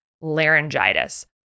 laryngitis